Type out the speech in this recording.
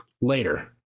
later